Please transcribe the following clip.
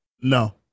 No